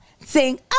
sing